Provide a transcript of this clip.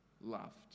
loved